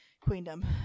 queendom